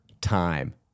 time